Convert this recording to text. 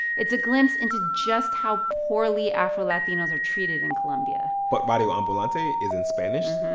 it's a glimpse into just how poorly afro-latinos are treated in colombia but radio ambulante is in spanish,